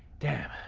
damn.